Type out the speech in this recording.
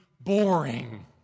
boring